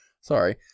Sorry